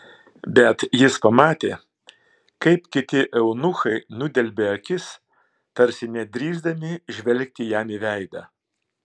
bet jis pamatė kaip kiti eunuchai nudelbia akis tarsi nedrįsdami žvelgti jam į veidą